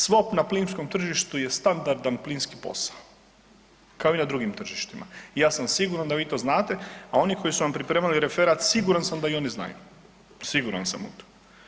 Svop na plinskom tržištu je standardan plinski posao, kao i na drugim tržištima i ja sam siguran da vi to znate, a oni koji su vam pripremali referat siguran sam da i oni znaju, siguran sam u to.